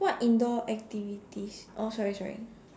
what indoor activities oh sorry sorry